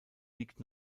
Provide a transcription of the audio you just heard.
liegt